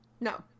No